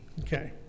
Okay